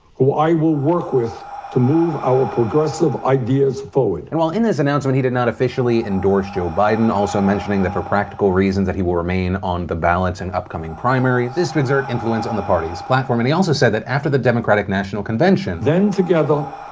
who i will work with to move our progressive ideas forward. and while in this announcement, he did not officially endorse joe biden, also mentioning that for practical reasons that he will remain on the ballot in and upcoming primaries, this to exert influence on the party's platform, and he also said that after the democratic national convention. then, together,